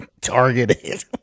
targeted